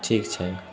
ठीक छै